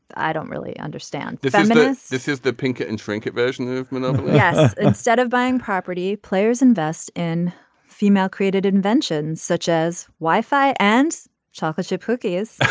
i don't really understand this um and this this is the pinker and shrink version movement um yeah instead of buying property players invest in female created inventions such as wi-fi and chocolate chip cookies.